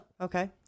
Okay